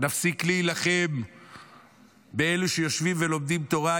נפסיק להילחם באלה שיושבים ולומדים תורה,